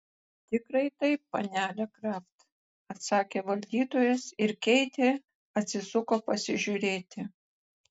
tikrai taip panele kraft atsakė valdytojas ir keitė atsisuko pasižiūrėti